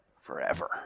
forever